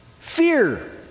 fear